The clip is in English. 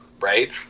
right